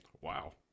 wow